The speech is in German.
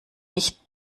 nicht